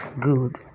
good